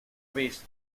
vez